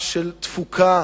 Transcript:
של תפוקה,